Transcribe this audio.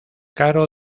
caro